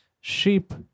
sheep